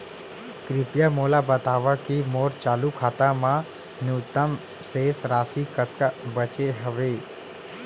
कृपया मोला बतावव की मोर चालू खाता मा न्यूनतम शेष राशि कतका बाचे हवे